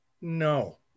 No